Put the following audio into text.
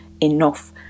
enough